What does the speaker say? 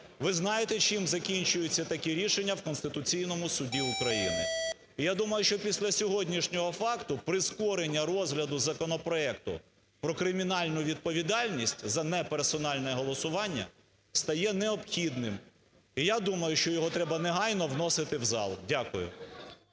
ви знаєте, чим закінчуються такі рішення у Конституційному Суді України. Я думаю, що після сьогоднішнього факту прискорення розгляду законопроекту про кримінальну відповідальність за неперсональне голосування стає необхідним. І я думаю, що його треба негайно вносити у зал. Дякую.